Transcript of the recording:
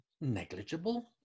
Negligible